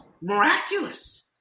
miraculous